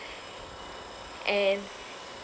and